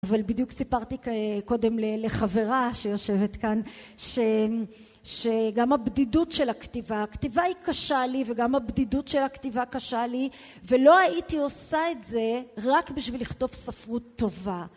אבל בדיוק סיפרתי קודם לחברה שיושבת כאן שגם הבדידות של הכתיבה, הכתיבה היא קשה לי וגם הבדידות של הכתיבה קשה לי ולא הייתי עושה את זה רק בשביל לכתוב ספרות טובה